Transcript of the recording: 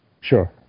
Sure